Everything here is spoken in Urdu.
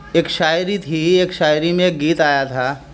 ایک شاعری تھی ایک شاعری میں ایک گیت آیا تھا